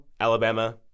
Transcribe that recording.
Alabama